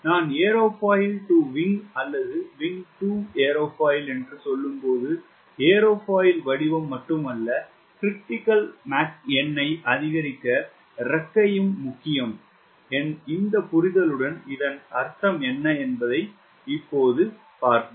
நான் aerofoil to wing அல்லது wing to aerofoil என்று சொல்லும்போது ஏர்ஃபாயில் வடிவம் மட்டுமல்ல Mcritical எண்ணை அதிகரிக்க இறக்கையும் முக்கியம் இந்த புரிதலுடன் இதன் அர்த்தம் என்ன என்பதை இப்போது பார்ப்போம்